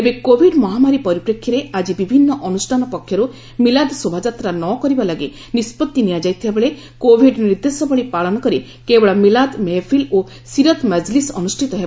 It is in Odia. ତେବେ କୋଭିଡ ମହାମାରୀ ପରିପ୍ରେକ୍ଷୀରେ ଆଜି ବିଭିନ୍ନ ଅନୁଷ୍ଠାନ ପକ୍ଷରୁ ମିଲାଦ୍ ଶୋଭାଯାତ୍ରା ନ କରିବା ଲାଗି ନିଷ୍ପଭି ନିଆଯାଇଥିବା ବେଳେ କୋଭିଡ ନିର୍ଦ୍ଦେଶାବଳୀ ପାଳନ କରି କେବଳ 'ମିଲାଦ୍ ମେହଫିଲ୍' ଓ 'ସିରତ୍ ମଜଲିସ୍' ଅନୁଷ୍ଠିତ ହେବ